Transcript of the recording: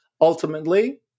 ultimately